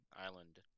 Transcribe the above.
island